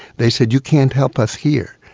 they said, you can't help us here,